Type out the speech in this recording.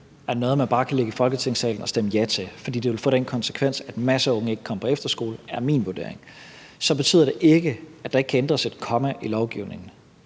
er noget, man bare kan lægge i Folketingssalen og stemme ja til, fordi det ville få den konsekvens, at masser af unge ikke kom på efterskole, hvilket er min vurdering, så betyder det ikke, at der ikke kan ændres et komma i lovgivningen.